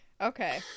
okay